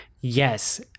Yes